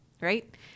right